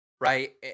right